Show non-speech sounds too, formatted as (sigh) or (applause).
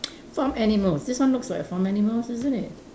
(noise) farm animals this one looks like a farm animals isn't it